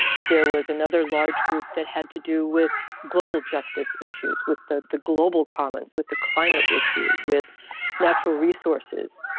there was another large group that had to do with global justice issues, with the the global comments, with the climate issue, with natural resources.